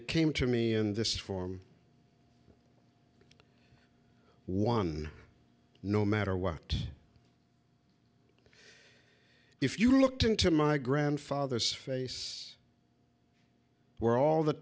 it came to me in this form one no matter what if you looked into my grandfather's face were all the